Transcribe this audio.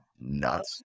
nuts